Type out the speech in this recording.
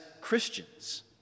Christians